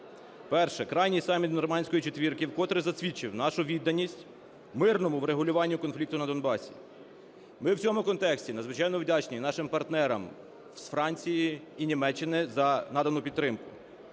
Перше. Крайній саміт "нормандської четвірки" вкотре засвідчив нашу відданість мирному врегулюванню конфлікту на Донбасі. Ми в цьому контексті надзвичайно вдячні нашим партнерам з Франції і Німеччини за надану підтримку.